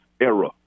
era